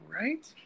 right